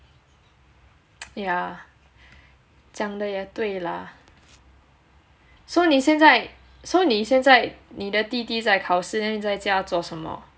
yeah 讲的也对 lah so 你现在 so 你现在你的弟弟在考试 then 你在家做什么